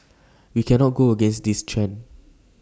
we cannot go against this trend